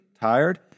tired